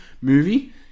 movie